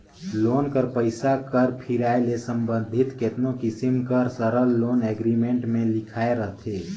loan कर पइसा कर फिराए ले संबंधित केतनो किसिम कर सरल लोन एग्रीमेंट में लिखाए रहथे